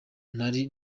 nari